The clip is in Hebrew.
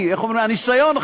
הניסיון,